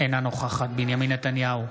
אינה נוכחת בנימין נתניהו,